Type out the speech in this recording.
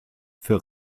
für